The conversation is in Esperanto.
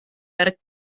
per